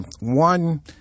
one